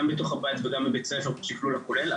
בתוך הבית וגם בבית הספר בשקלול הכולל.